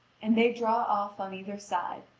and they draw off on either side,